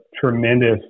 tremendous